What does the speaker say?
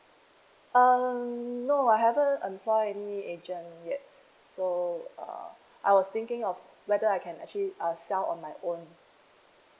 um no I haven't employ any agent yet so uh I was thinking of whether I can actually uh sell on my own